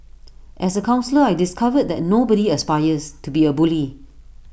as A counsellor I discovered that nobody aspires to be A bully